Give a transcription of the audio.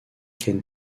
can